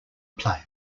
play